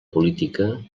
política